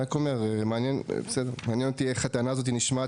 מעניין אותי איך הטענה הזאת נשמעת